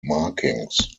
markings